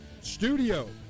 studio